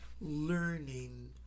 learning